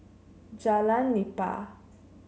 Jalan Nipah